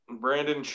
Brandon